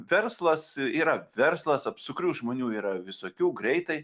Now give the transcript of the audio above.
verslas yra verslas apsukrių žmonių yra visokių greitai